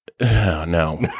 no